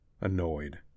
annoyed